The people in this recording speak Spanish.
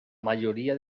mayoría